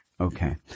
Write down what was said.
Okay